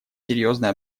серьезное